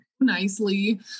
nicely